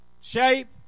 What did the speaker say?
shape